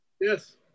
Yes